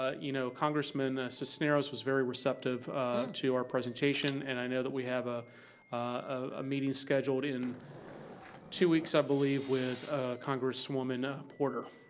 ah you know, congressman cisneros was very receptive to our presentation and i know that we have a ah meeting scheduled in two weeks, i believe, with congresswoman porter.